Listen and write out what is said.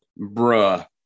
bruh